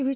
V